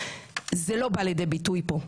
זה לא בא לידי ביטוי פה.